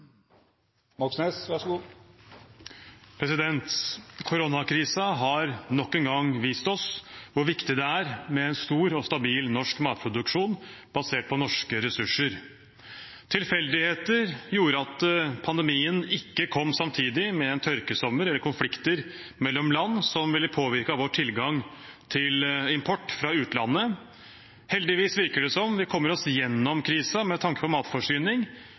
med en stor og stabil norsk matproduksjon basert på norske ressurser. Tilfeldigheter gjorde at pandemien ikke kom samtidig med en tørkesommer eller konflikter mellom land som ville påvirket vår tilgang til import fra utlandet. Heldigvis virker det som om vi kommer oss gjennom krisen med tanke på matforsyning,